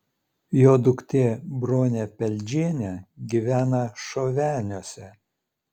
jo duktė bronė peldžienė gyvena šoveniuose